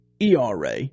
ERA